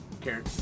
Karen